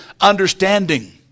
understanding